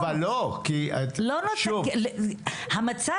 אבל לא רק הוועדה לביקורת המדינה,